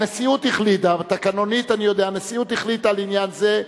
הנשיאות החליטה לעניין זה,